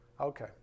Okay